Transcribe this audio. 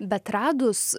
bet radus